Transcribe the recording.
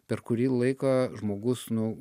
per kurį laiką žmogus nu